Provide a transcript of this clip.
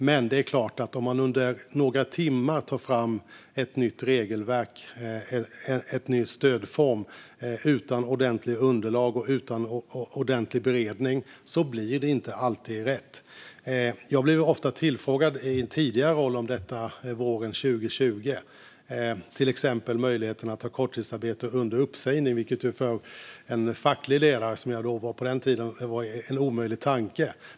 Men det är klart att om man under några timmar tar fram ett nytt regelverk, en ny stödform utan ordentliga underlag och utan ordentlig beredning blir det inte alltid rätt. Jag blev i min tidigare roll ofta tillfrågad om detta våren 2020, till exempel om möjligheten att ha korttidsarbete under uppsägning. För en facklig ledare, som jag var på den tiden, var det en omöjlig tanke.